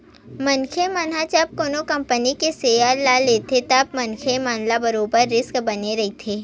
मनखे मन ह जब कोनो कंपनी के सेयर ल लेथे तब मनखे मन ल बरोबर रिस्क बने होय रहिथे